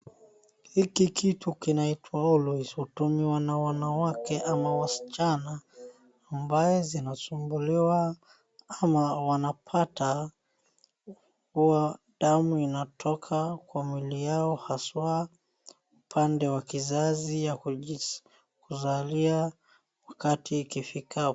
Hiki kitu kinaitwa always , hutumiwa na wanawake ama wasichana ambaye zinasumbuliwa ama wanapata damu inatoka kwa mwili yao haswa upande wa kizazi ya kuzalia wakati ikifikapo.